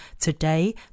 today